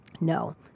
No